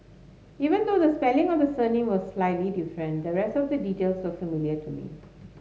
even though the spelling of the surname was slightly different the rest of the details were familiar to me